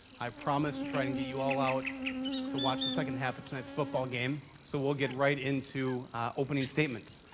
i promise to try to and get you all out to watch the second half of tonight's football game, so we'll get right into opening statements.